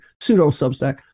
pseudo-substack